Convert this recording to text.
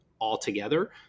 altogether